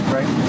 Right